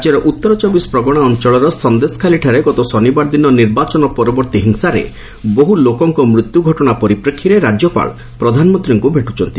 ରାଜ୍ୟର ଉତ୍ତର ଚବିଶ୍ ପ୍ରଗଣା ଅଞ୍ଚଳର ସନ୍ଦେଶଖାଲିଠାରେ ଗତ ଶନିବାର ଦିନ ନିର୍ବାଚନ ପରବର୍ତ୍ତୀ ହିଂସାରେ ବହୁ ଲୋକଙ୍କ ମୃତ୍ୟୁ ଘଟଣା ପରିପ୍ରେକ୍ଷୀରେ ରାଜ୍ୟପାଳ ପ୍ରଧାନମନ୍ତ୍ରୀଙ୍କୁ ଭେଟୁଛନ୍ତି